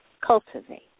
cultivate